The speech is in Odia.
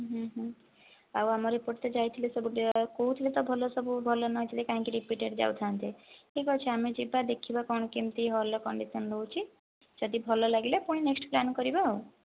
ହୁଁ ହୁଁ ଆଉ ଆମର ଏପଟେ ତ ଯାଇଥିଲେ ସବୁ କହୁଥିଲେ ତ ଭଲ ସବୁ ଭଲ ନହେଇଥିଲେ କାହିଁକି ରିପିଟେଡ଼ ଯାଉଥାନ୍ତେ ଠିକ୍ଅଛି ଆମେ ଯିବା ଦେଖିବା କ'ଣ କେମିତି ହଲର କଣ୍ଡିସନ ରହୁଛି ଯଦି ଭଲ ଲାଗିଲା ତାହେଲେ ପୁଣି ନେକ୍ସଟ ପ୍ଲାନ କରିବା ଆଉ